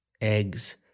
eggs